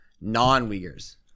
non-Uyghurs